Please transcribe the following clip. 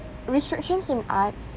restrictions in arts